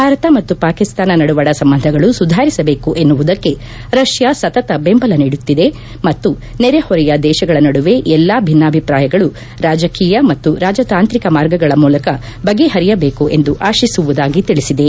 ಭಾರತ ಮತ್ತು ಪಾಕಿಸ್ತಾನ ನಡುವಣ ಸಂಬಂಧಗಳು ಸುಧಾರಿಸಬೇಕು ಎನ್ನುವುದಕ್ಕೆ ರಷ್ನಾ ಸತತ ದೆಂಬಲ ನೀಡುತ್ತಿದೆ ಮತ್ತು ನೆರೆಹೊರೆಯ ದೇಶಗಳ ನಡುವೆ ಎಲ್ಲಾ ಭಿನ್ನಾಭಿಪ್ರಾಯಗಳು ರಾಜಕೀಯ ಮತ್ತು ರಾಜತಾಂತ್ರಿಕ ಮಾರ್ಗಗಳ ಮೂಲಕ ಬಗೆಪರಿಯಬೇಕು ಎಂದು ಆಶಿಸುವುದಾಗಿ ತಿಳಿಸಿದೆ